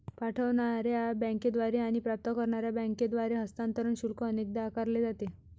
पाठवणार्या बँकेद्वारे आणि प्राप्त करणार्या बँकेद्वारे हस्तांतरण शुल्क अनेकदा आकारले जाते